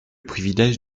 privilège